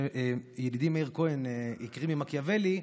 כשידידי מאיר כהן הקריא ממקיאוולי,